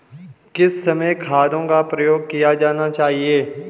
किस समय खादों का प्रयोग किया जाना चाहिए?